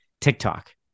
TikTok